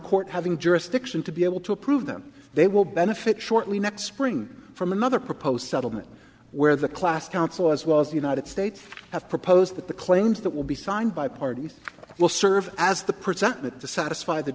court having jurisdiction to be able to approve them they will benefit shortly next spring from another proposed settlement where the class council as well as the united states have proposed that the claims that will be signed by parties will serve as the present that to satisfy the